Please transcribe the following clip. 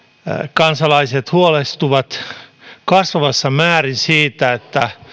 kansalaiset ovat huolestuneet kasvavassa määrin siitä